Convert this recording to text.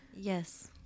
yes